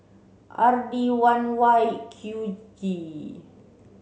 R D one Y Q G